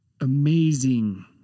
amazing